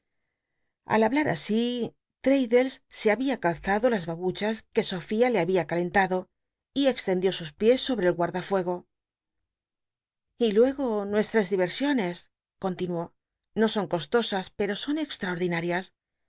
al hablat así l'laddlcs se babia calzado las babuchas que sofia le había calentado y extendió sus piés sobtc el guarda fuego y lue o nuestras di'gj'sioncs continuó no son costosas pero son